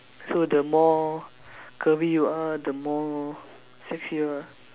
so the more curvy you are the more sexier